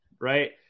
Right